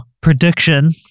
prediction